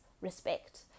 respect